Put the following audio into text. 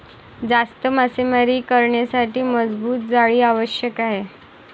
जास्त मासेमारी करण्यासाठी मजबूत जाळी आवश्यक आहे